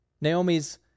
Naomi's